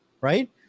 right